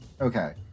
Okay